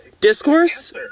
discourse